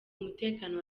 umutekano